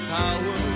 power